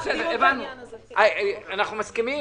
אנחנו מסכימים?